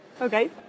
Okay